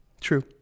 true